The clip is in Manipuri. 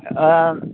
ꯑ